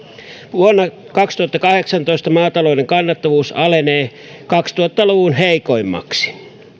vuonna kaksituhattakahdeksantoista maatalouden kannattavuus alenee kaksituhatta luvun heikoimmaksi